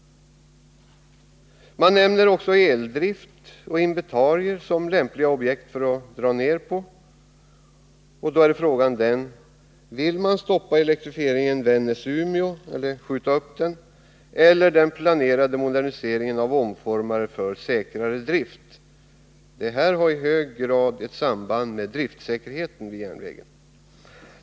Man nämner också eldrift och inventarier som lämpliga objekt att dra ner på. Då är frågan den: Vill man stoppa eller uppskjuta elektrifieringen Vännäs-Umeå eller den planerade moderniseringen av omformare för säkrare drift? Detta har i hög grad samband med driftsäkerheten.